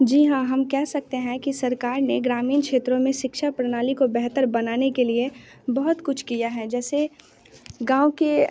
जी हाँ हम कह सकते हैं कि सरकार ने ग्रामीण क्षेत्रों में शिक्षा प्रणाली को बेहतर बनाने के लिए बहुत कुछ किया है जैसे गाँव के